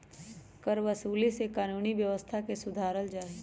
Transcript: करवसूली से कानूनी व्यवस्था के सुधारल जाहई